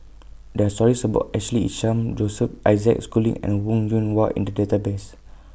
There Are stories about Ashley Isham Joseph Isaac Schooling and Wong Yoon Wah in The Database